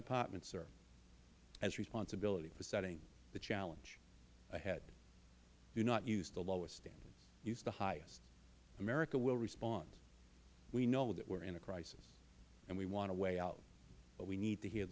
department sir has the responsibility for setting the challenge ahead do not use the lowest standards use the highest america will respond we know that we are in a crisis and we want a way out but we need to hear